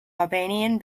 albanian